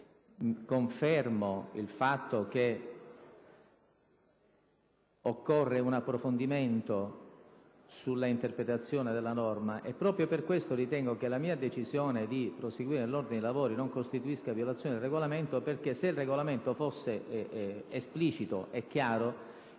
fare. Confermo il fatto che occorre un approfondimento sull'interpretazione della norma. Proprio per questo ritengo che la mia decisione di proseguire nell'ordine dei lavori non costituisca una violazione del Regolamento: se il Regolamento fosse esplicito e chiaro,